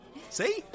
See